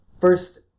first